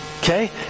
Okay